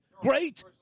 Great